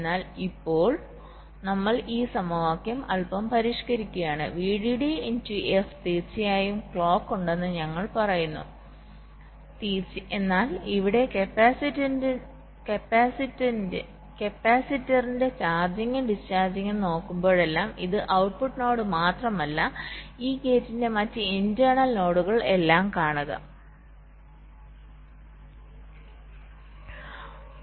എന്നാൽ ഇപ്പോൾ നമ്മൾ ഈ സമവാക്യം അൽപ്പം പരിഷ്കരിക്കുകയാണ്VDD into f തീർച്ചയായും ക്ലോക്ക് ഉണ്ടെന്ന് ഞങ്ങൾ പറയുന്നു എന്നാൽ ഇവിടെ കപ്പാസിറ്ററിന്റെ ചാർജിംഗും ഡിസ്ചാർജും നോക്കുമ്പോഴെല്ലാം ഇത് ഔട്ട്പുട്ട് നോഡ് മാത്രമല്ല ഈ ഗേറ്റിന്റെ മറ്റ് ഇന്റെര്ണല് നോഡുകൾ എല്ലാം കാണുക ഇത് പോലെ ഇവിടെ മറ്റൊരു ജംഗ്ഷൻ ഉണ്ട്